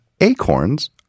acorns